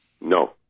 No